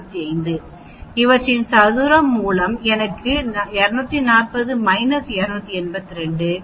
45 இவற்றின் சதுரம் மூலம் எனக்கு இங்கே